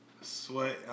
sweat